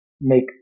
make